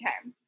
Okay